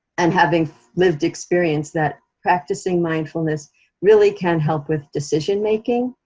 and having lived experience that practicing mindfulness really can help with decision-making,